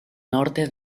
norte